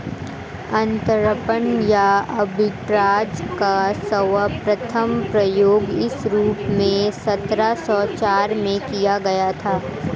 अंतरपणन या आर्बिट्राज का सर्वप्रथम प्रयोग इस रूप में सत्रह सौ चार में किया गया था